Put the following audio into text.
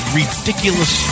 ridiculous